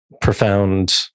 profound